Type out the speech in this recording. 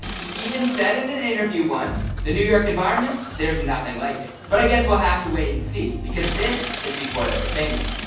he even said in an interview once the new york environment there is nothing like it, but i guess we'll have to wait and see because this is before they were famous.